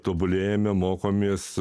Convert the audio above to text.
tobulėjame mokomės